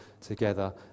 together